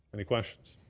any questions?